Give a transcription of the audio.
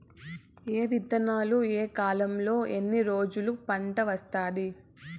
ఏ విత్తనాలు ఏ కాలంలో ఎన్ని రోజుల్లో పంట వస్తాది?